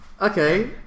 Okay